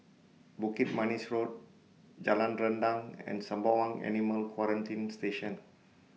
Bukit Manis Road Jalan Rendang and Sembawang Animal Quarantine Station